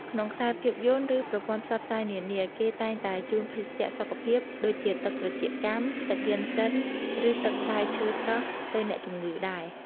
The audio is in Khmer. ក្នុងខ្សែភាពយន្ត ឬ ប្រព័ន្ធផ្សព្វផ្សាយនានា គេតែងតែជូនភេសជ្ជៈសុខភាព ដូចជាទឹកត្រចៀកកាំ ទឹកយុិនសិន ឬ ទឹកផ្លែឈើស្រស់ទៅអ្នកជំងឺដែរ។